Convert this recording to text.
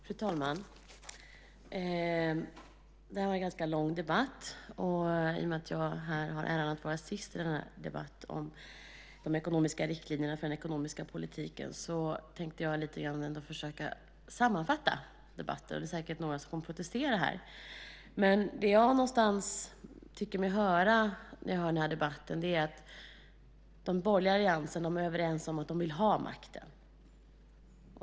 Fru talman! Det har varit en ganska lång debatt, och eftersom jag har äran att vara sist i debatten om riktlinjerna för den ekonomiska politiken tänkte jag försöka sammanfatta den lite grann. Det blir säkert några som kommer att protestera. När jag lyssnar på debatten tycker jag mig någonstans höra att den borgerliga alliansen är överens om att man vill ha makten.